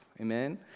Amen